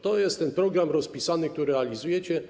To jest ten program rozpisany, który realizujecie.